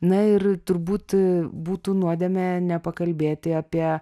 na ir turbūt būtų nuodėmė nepakalbėti apie